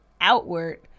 outward